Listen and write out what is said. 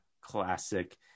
classic